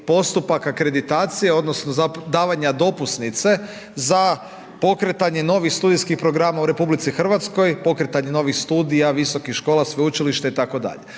postupak akreditacije, odnosno davanje dopusnice za pokretanje novih studijskih programa u RH, pokretanje novih studija, visokih škola, sveučilišta, itd.